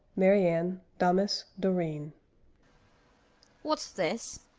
mariane, damis, dorine what's this?